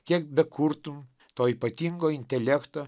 kiek bekurtum to ypatingo intelekto